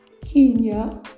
Kenya